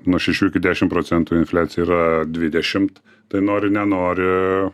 nuo šešių iki dešim procentų infliacija yra dvidešimt tai nori nenori